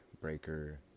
Breaker